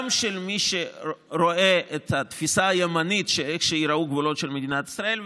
גם של מי שרואה את התפיסה הימנית של איך שייראו הגבולות של מדינת ישראל,